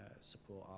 support